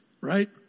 right